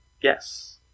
Yes